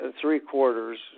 three-quarters